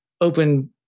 open